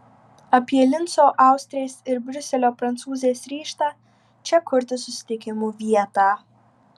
apie linco austrės ir briuselio prancūzės ryžtą čia kurti susitikimų vietą